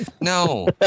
No